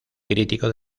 crítico